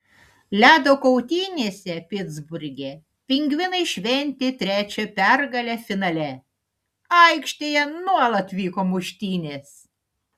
ledo kautynėse pitsburge pingvinai šventė trečią pergalę finale aikštėje nuolat vyko muštynės